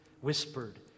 whispered